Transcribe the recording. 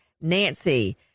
nancy